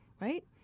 right